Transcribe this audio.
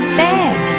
bed